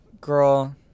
Girl